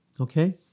Okay